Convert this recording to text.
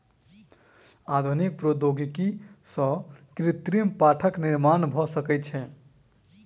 आधुनिक प्रौद्योगिकी सॅ कृत्रिम काठक निर्माण भ सकै छै